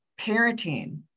parenting